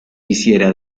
hiciera